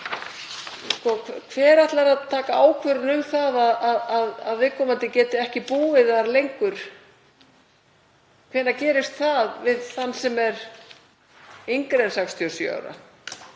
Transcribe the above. Hver ætlar að taka ákvörðun um það að viðkomandi geti ekki búið þar lengur? Hvenær gerist það með þann sem er yngri en 67 ára?